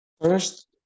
First